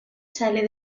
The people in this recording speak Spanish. sale